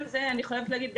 חייבת להגיד,